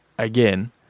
Again